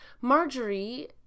Marjorie